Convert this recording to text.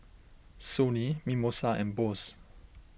Sony Mimosa and Bose